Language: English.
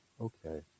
okay